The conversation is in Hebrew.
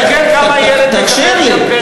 תסתכל כמה ילד מקבל שם פר,